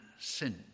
sin